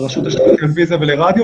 הרשות השנייה לטלוויזיה ולרדיו.